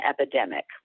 Epidemic